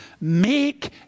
Make